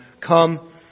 come